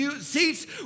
seats